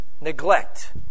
neglect